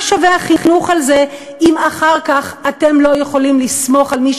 מה שווה החינוך הזה אם אחר כך אתם לא יכולים לסמוך על מי